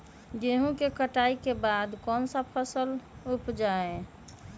गेंहू के कटाई के बाद कौन सा फसल उप जाए?